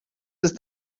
ist